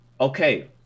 Okay